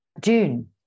june